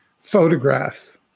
photograph